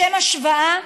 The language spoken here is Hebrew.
לשם השוואה,